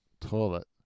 toilet